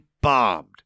bombed